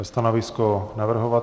Stanovisko navrhovatele?